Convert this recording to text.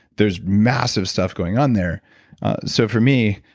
there's massive stuff going on there so for me,